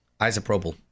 Isopropyl